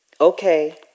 Okay